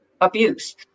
abuse